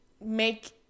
make